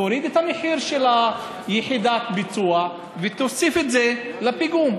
תוריד את המחיר של יחידת הביצוע ותוסיף את זה לפיגום.